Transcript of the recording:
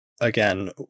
again